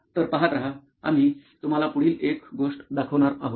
तर पाहत रहा आम्ही तुम्हाला पुढील एक गोष्ट दाखवणार आहोत